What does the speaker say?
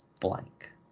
Blank